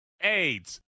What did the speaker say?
AIDS